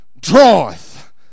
draweth